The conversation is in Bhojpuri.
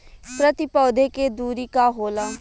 प्रति पौधे के दूरी का होला?